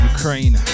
Ukraine